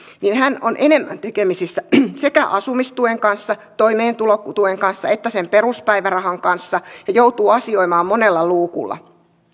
niin hän on enemmän tekemisessä sekä asumistuen kanssa toimeentulotuen kanssa että sen peruspäivärahan kanssa ja joutuu asioimaan monella luukulla